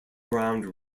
ground